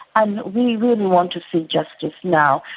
and we really want to see justice now.